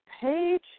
page